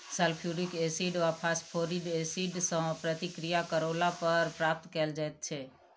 sulphuric acid वा phosphoric acid सॅ प्रतिक्रिया करौला पर प्राप्त कयल जाइत छै